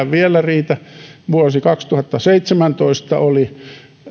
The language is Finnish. vielä riitä vuosi kaksituhattaseitsemäntoista oli